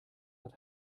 hat